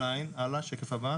שקף.